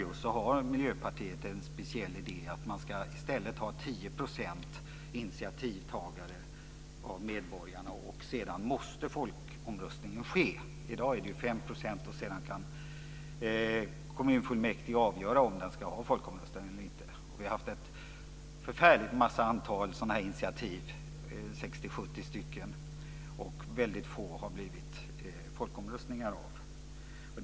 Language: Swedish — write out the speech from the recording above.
Det ska krävas ett initiativ från 10 % av kommunens medborgare. Sedan måste det ske en folkomröstning. I dag krävs det ju 5 %, och sedan är det kommunfullmäktige som avgör om det ska hållas folkomröstning eller inte. Det har tagits ett förfärligt stort antal initiativ, 60-70 stycken, men det är väldigt få som har lett till folkomröstning.